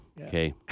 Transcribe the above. Okay